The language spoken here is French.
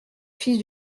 fils